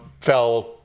fell